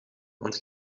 want